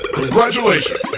congratulations